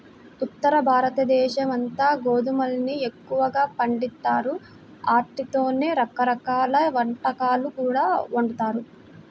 ఉత్తరభారతదేశమంతా గోధుమల్ని ఎక్కువగా పండిత్తారు, ఆటితోనే రకరకాల వంటకాలు కూడా వండుతారు